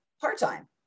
part-time